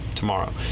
tomorrow